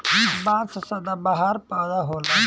बांस सदाबहार पौधा होला